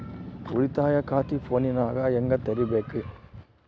ಉಳಿತಾಯ ಖಾತೆ ಫೋನಿನಾಗ ಹೆಂಗ ತೆರಿಬೇಕು?